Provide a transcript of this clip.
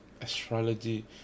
astrology